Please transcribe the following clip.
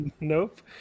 Nope